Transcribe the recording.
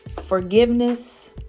forgiveness